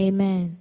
Amen